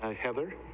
heather